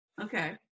okay